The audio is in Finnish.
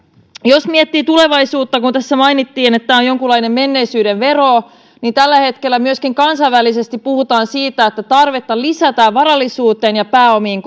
jos miettii tulevaisuutta kun tässä mainittiin että tämä on jonkunlainen menneisyyden vero niin tällä hetkellä myöskin kansainvälisesti puhutaan siitä että on tarvetta lisätä varallisuuteen ja pääomiin